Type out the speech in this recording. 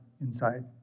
inside